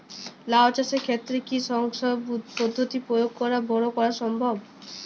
লাও চাষের ক্ষেত্রে কি সংকর পদ্ধতি প্রয়োগ করে বরো করা সম্ভব?